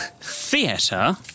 theatre